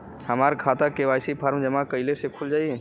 हमार खाता KYC form जमा कइले से खुल जाई?